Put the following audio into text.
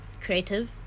creative